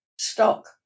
stock